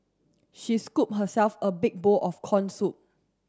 she scooped herself a big bowl of corn soup